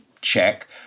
check